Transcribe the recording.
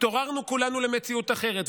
התעוררנו כולנו למציאות אחרת,